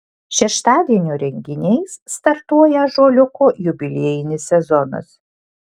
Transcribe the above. šeštadienio renginiais startuoja ąžuoliuko jubiliejinis sezonas